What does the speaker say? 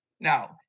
Now